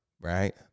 right